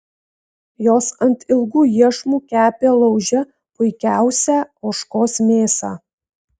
jos ant ilgų iešmų kepė lauže puikiausią ožkos mėsą